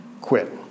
quit